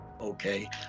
Okay